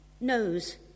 knows